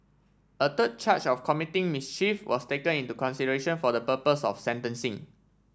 a third charge of committing mischief was taken into consideration for the purpose of sentencing